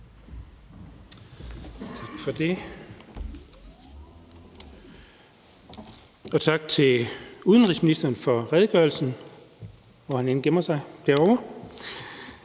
Dahl (DD): Tak til udenrigsministeren for redegørelsen – hvor han end gemmer sig, derovre.